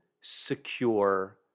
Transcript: secure